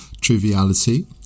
triviality